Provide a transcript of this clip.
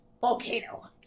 volcano